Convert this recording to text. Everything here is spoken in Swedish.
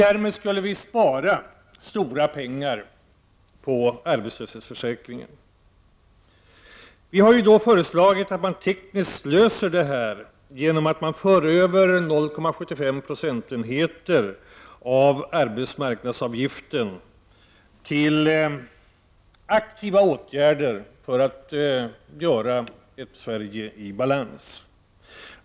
Därmed skulle också stora pengar sparas på arbetslöshetsförsäkringen. Vi har föreslagit att detta skall lösas tekniskt genom att 0,75 26 av arbetsmarknadsavgiften förs över till aktiva åtgärder för att få Sverige i balans.